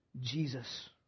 Jesus